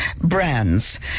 brands